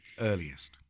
earliest